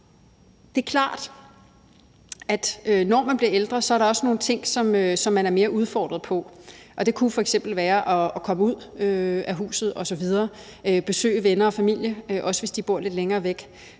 Det er klart, at når man bliver ældre, så er der også nogle ting, som man er mere udfordret på, og det kunne f.eks. være at komme ud af huset, besøge venner og familie osv. – også hvis de bor lidt længere væk.